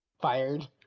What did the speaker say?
Fired